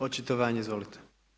Očitovanje, izvolite.